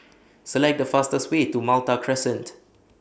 Select The fastest Way to Malta Crescent